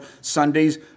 Sunday's